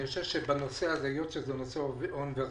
אני חושב שהיות וזה נושא אוניברסלי,